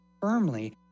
firmly